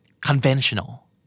conventional